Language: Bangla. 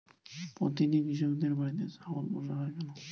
প্রতিটি কৃষকদের বাড়িতে ছাগল পোষা হয় কেন?